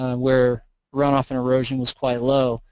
ah where runoff and erosion was quite low,